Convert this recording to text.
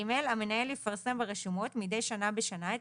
(ג) המנהל יפרסם ברשומות מידי שנה בשנה את